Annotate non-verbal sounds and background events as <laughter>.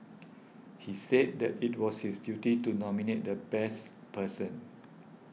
<noise> he said that it was his duty to nominate the best person